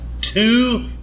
two